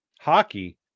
hockey